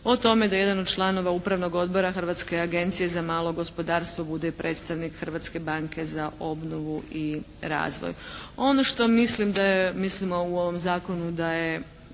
o tome da jedan od članova Upravnog odbora Hrvatske agencije za malo gospodarstvo bude predstavnik Hrvatske banke za obnovu i razvoj. Ono što mislimo u ovom zakonu da je